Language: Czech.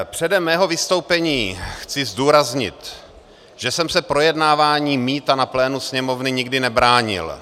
Předem svého vystoupení chci zdůraznit, že jsem se projednávání mýta na plénu Sněmovny nikdy nebránil.